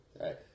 Right